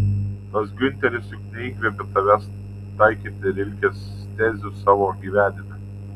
tas giunteris juk neįkvėpė tavęs taikyti rilkės tezių savo gyvenime